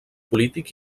polític